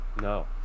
no